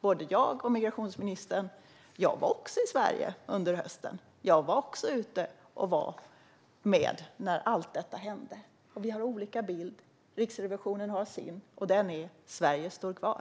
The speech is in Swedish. Liksom migrationsministern var även jag i Sverige under hösten 2015. Jag var också ute och var med när allt detta hände. Vi har olika bilder. Riksrevisionen har också sin bild: Sverige står kvar.